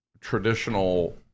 traditional